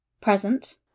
present